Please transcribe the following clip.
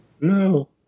No